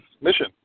mission